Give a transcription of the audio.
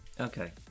Okay